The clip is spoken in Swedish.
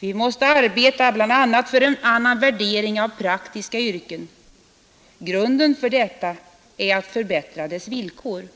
Vi måste arbeta bl.a. för en annan värdering av praktiska yrken; grunden för detta är att förbättra deras villkor.